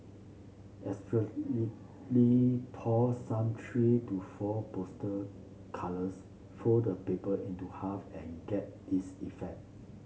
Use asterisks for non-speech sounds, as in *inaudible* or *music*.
essentially *unintelligible* pour some three to four poster colours fold the paper into half and get this effect